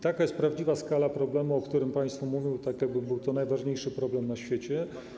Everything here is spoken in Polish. Taka jest prawdziwa skala problemu, o którym państwo mówią tak, jakby to był najważniejszy problem na świecie.